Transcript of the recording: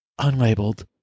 Unlabeled